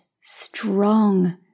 strong